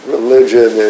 Religion